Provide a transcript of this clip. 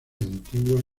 antiguas